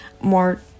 more